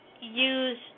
use